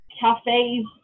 cafes